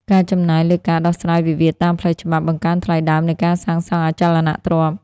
ការចំណាយលើការដោះស្រាយវិវាទតាមផ្លូវច្បាប់ បង្កើនថ្លៃដើមនៃការសាងសង់អចលនទ្រព្យ។